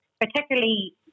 particularly